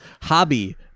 hobby